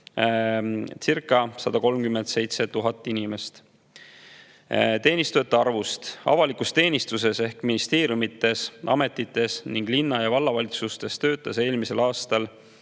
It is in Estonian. olicirca137 000 inimest. Teenistujate arvust. Avalikus teenistuses ehk ministeeriumides, ametites ning linna- ja vallavalitsustes töötas eelmisel aastal